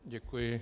Děkuji.